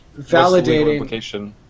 validating